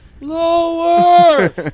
lower